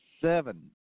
Seven